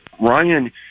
Ryan